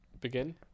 begin